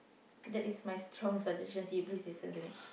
that is my strong suggestion do you please listen to me